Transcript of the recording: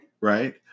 Right